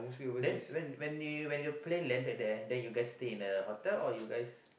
then when when they when they play landed there then you guys stay in the hotel or you guys